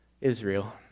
Israel